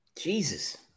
Jesus